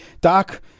Doc